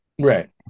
Right